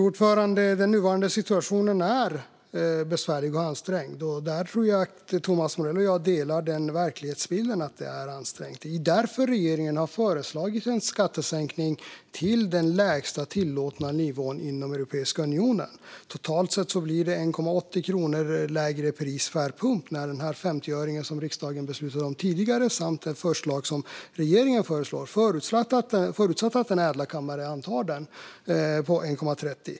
Fru talman! Den nuvarande situationen är besvärlig och ansträngd; jag tror att Thomas Morell och jag delar den verklighetsbilden. Det är därför regeringen har föreslagit en skattesänkning till den lägsta tillåtna nivån inom Europeiska unionen. Totalt sett blir det 1,80 kronor lägre pris vid pump med den 50-öring som riksdagen beslutade om tidigare samt det förslag som regeringen lägger fram om 1,30 - förutsatt att denna ädla kammare antar det.